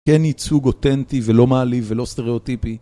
כן ייצוג אותנטי ולא מעליב ולא סטריאוטיפי.